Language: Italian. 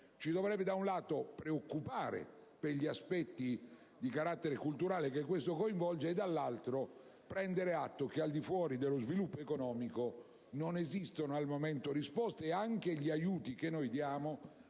ci dovrebbe da un lato preoccupare per gli aspetti di carattere culturale che comporta; dall'altro ci dovrebbe far prendere atto che, al di fuori dello sviluppo economico, non esistono al momento risposte. E anche gli aiuti che diamo